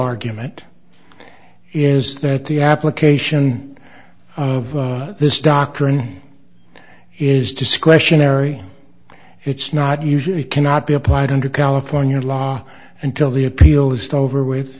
argument is that the application of this doctrine is discretionary it's not usually cannot be applied under california law until the appeal is to over with